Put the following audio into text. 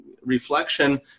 reflection